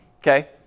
okay